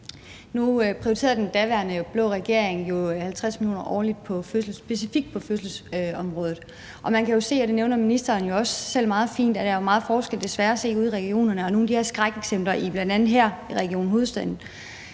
Nu prioriterede den daværende blå regering jo 50 mio. kr. årligt specifikt på fødselsområdet, og man kan se – det nævner ministeren også selv – at der desværre er meget store forskelle at se ude i regionerne, og nogle af de her skrækeksempler, bl.a. her i Region Hovedstaden,